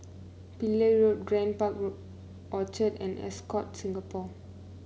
Pillai Road Grand Park Orchard and Ascott Singapore